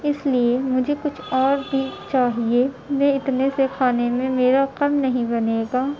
اس لیے مجھے کچھ اور بھی چاہیے میں اتنے سے کھانے میں میرا کام نہیں بنے گا